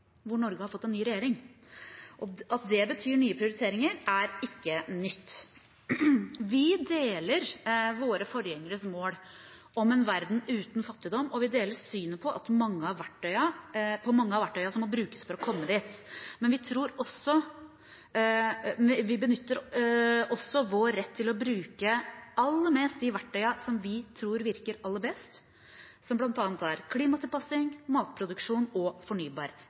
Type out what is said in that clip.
hvor Norge har fått ny regjering. At det betyr nye prioriteringer, er ikke nytt. Vi deler våre forgjengeres mål om en verden uten fattigdom, og vi deler synet på mange av verktøyene som må brukes for å komme dit. Men vi benytter også vår rett til å bruke aller mest de verktøyene som vi tror virker aller best, som bl.a. er klimatilpasning, matproduksjon og fornybar